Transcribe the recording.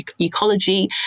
ecology